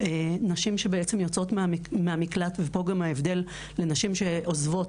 נשים שיוצאות מהמקלט ופה גם ההבדל לגבי נשים שעוזבות